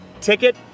ticket